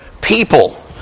people